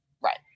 Right